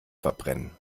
verbrennen